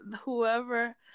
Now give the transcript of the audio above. whoever